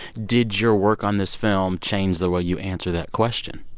did your work on this film change the way you answer that question?